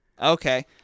Okay